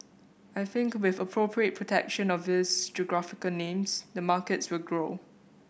I think with appropriate protection of these geographical names the markets will grow